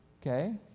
Okay